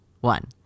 One